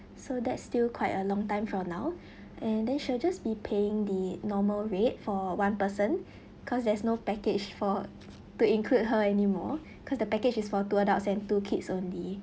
so that's still quite a long time for now and then she'll just be paying the normal rate for one person cause there's no package for to include her anymore cause the package is for two adults and two kids only